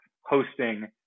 hosting